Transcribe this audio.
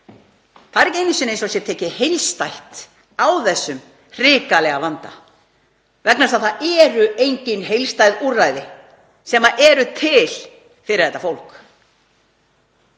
Það er ekki einu sinni eins og það sé tekið heildstætt á þessum hrikalega vanda vegna þess að það eru engin heildstæð úrræði til fyrir þetta fólk.